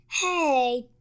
Hey